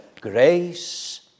grace